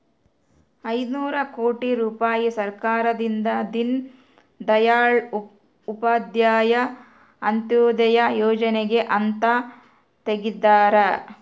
ಐನೂರ ಕೋಟಿ ರುಪಾಯಿ ಸರ್ಕಾರದಿಂದ ದೀನ್ ದಯಾಳ್ ಉಪಾಧ್ಯಾಯ ಅಂತ್ಯೋದಯ ಯೋಜನೆಗೆ ಅಂತ ತೆಗ್ದಾರ